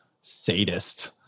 sadist